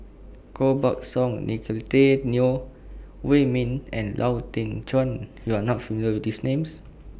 Koh Buck Song Nicolette Teo Wei Min and Lau Teng Chuan YOU Are not familiar with These Names